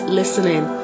listening